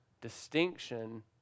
Distinction